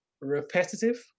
repetitive